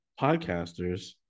podcasters